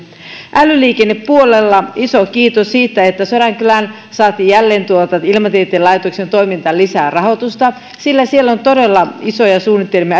älyliikennepuolella iso kiitos siitä että sodankylään saatiin jälleen ilmatieteen laitoksen toimintaan lisää rahoitusta sillä siellä on todella isoja suunnitelmia